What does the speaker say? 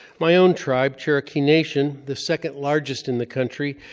my own tribe, cherokee nation, the second-largest in the country,